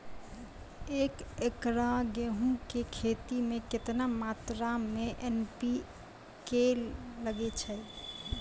एक एकरऽ गेहूँ के खेती मे केतना मात्रा मे एन.पी.के लगे छै?